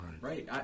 right